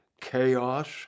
chaos